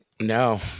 no